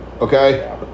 Okay